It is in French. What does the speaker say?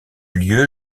lieu